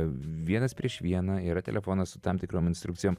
vienas prieš vieną yra telefonas su tam tikrom instrukcijom